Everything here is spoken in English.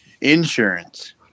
Insurance